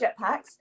jetpacks